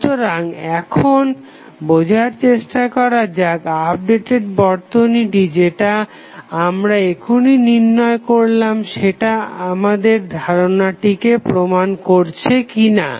সুতরাং এখন বোঝার চেষ্টা করা যাক আপডেটেড বর্তনীটি যেটা আমরা এখুনি নির্ণয় করলাম সেটা আমাদের ধারনাটিকে প্রমান করছে কিনা